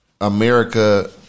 America